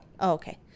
okay